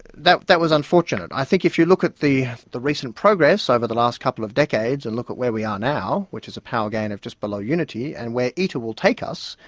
that that was unfortunate. i think if you look at the the recent progress over the last couple of decades and look at where we are now, which is a power gain of just below unity, and where iter will take us,